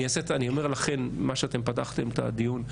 אני אומר לכן, כפי שפתחתן את הדיון,